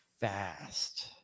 fast